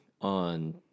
on